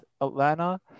atlanta